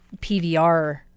PVR